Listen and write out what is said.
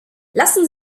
lassen